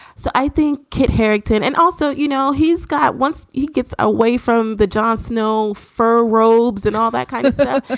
so i think kit harington and also, you know, he's got once he gets away from the jon snow fur robes and all that kind of so